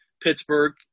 Pittsburgh